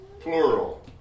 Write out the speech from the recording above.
plural